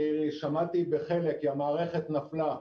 אני שמעתי חלק כי המערכת נפלה.